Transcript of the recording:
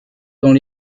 dans